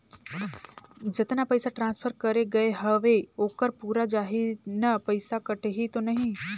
जतना पइसा ट्रांसफर करे गये हवे ओकर पूरा जाही न पइसा कटही तो नहीं?